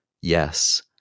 yes